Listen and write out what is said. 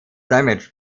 damaged